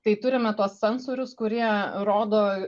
tai turime tuos sensorius kurie rodo